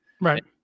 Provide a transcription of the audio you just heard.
Right